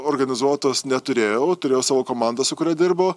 organizuotos neturėjau turėjau savo komandą su kuria dirbu